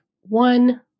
one